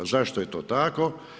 Zašto je to tako?